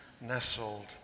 nestled